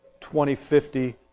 2050